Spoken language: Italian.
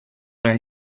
nel